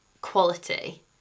quality